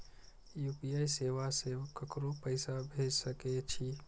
UPI सेवा से ककरो पैसा भेज सके छी?